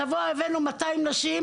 השבוע אנחנו הבאנו 200 נשים,